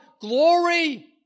glory